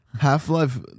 Half-Life